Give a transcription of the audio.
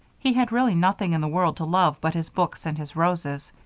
he had really nothing in the world to love but his books and his roses.